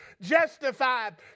justified